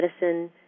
medicine